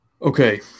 Okay